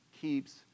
keeps